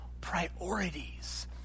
priorities